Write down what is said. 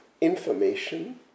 information